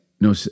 no